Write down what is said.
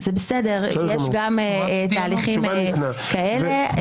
זה בסדר, יש גם תהליכים כאלה.